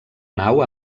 nau